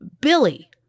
Billy